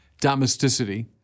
domesticity